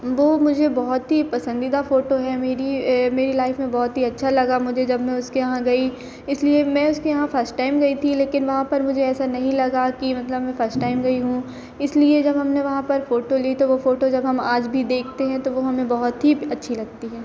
बो मुझे बहुत ही पसंदीदा फ़ोटो है मेरी मेरी लाइफ में बहुत ही अच्छा लगा मुझे जब मैं उसके यहाँ गई इसलिए मैं उसके यहाँ फर्स्ट टाइम गई थी लेकिन वहाँ पर मुझे ऐसा नहीं लगा कि मतलब मैं फर्स्ट टाइम गई हूँ इसलिए जब हमने वहाँ पर फ़ोटो ली तो वह फ़ोटो जब हम आज भी देखते हैं तो वह हमें बहुत ही अच्छी लगती है